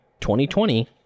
2020